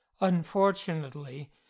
Unfortunately